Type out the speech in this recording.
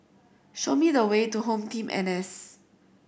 show me the way to HomeTeam N S